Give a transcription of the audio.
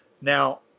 Now